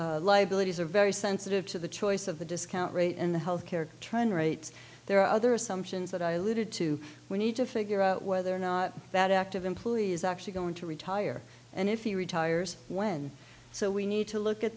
their liabilities are very sensitive to the choice of the discount rate in the health care trying rates there are other assumptions that i later to we need to figure out whether or not that active employee is actually going to retire and if he retires when so we need to look at